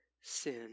sin